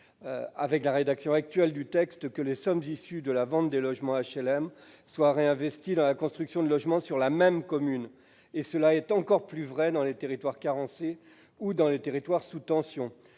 ne garantit en rien que les sommes issues de la vente des logements HLM soient réinvesties dans la construction de logements sur la même commune. C'est encore plus vrai dans les territoires carencés ou dans les territoires sous tension.